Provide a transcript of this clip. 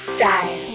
Style